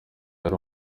yari